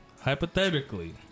hypothetically